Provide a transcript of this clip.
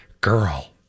girl